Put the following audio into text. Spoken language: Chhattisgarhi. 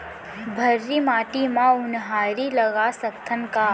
भर्री माटी म उनहारी लगा सकथन का?